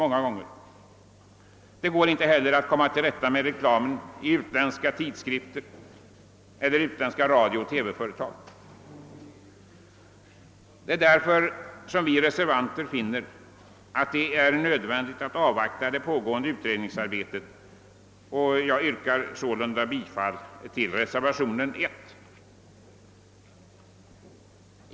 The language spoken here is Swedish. Inte heller går det att stävja reklamen i utländska tidskrifter eller utländska radiooch TV-program. Därför finner vi reservanter att det är nödvändigt att avvakta det pågående utredningsarbetet. Jag yrkar således bifall till reservationen 1.